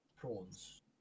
prawns